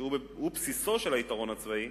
שהוא בסיסו של היתרון הצבאי,